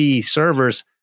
servers